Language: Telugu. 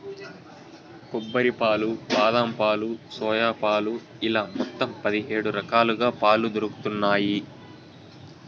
కొబ్బరి పాలు, బాదం పాలు, సోయా పాలు ఇలా మొత్తం పది హేడు రకాలుగా పాలు దొరుకుతన్నాయి